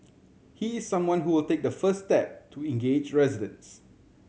he is someone who will take the first step to engage residents